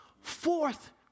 Fourth